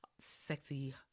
sexy